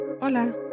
Hola